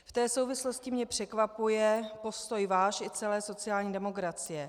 V té souvislosti mě překvapuje postoj váš i celé sociální demokracie.